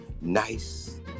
nice